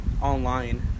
online